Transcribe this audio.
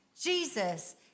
Jesus